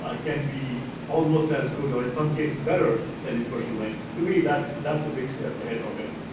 ah can be almost as good or in some cases better than in person. like to me, that's that's a big step ahead already.